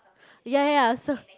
ya ya ya so